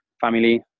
family